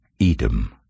Edom